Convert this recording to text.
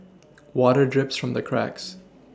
water drips from the cracks